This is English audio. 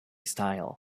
style